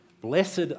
Blessed